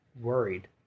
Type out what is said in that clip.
worried